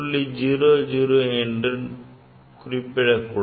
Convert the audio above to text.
000 எனக் குறிப்பிடக் கூடாது